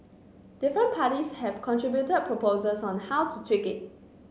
different parties have contributed proposals on how to tweak it